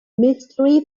mystery